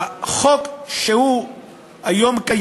החוק הקיים היום,